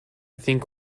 think